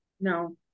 No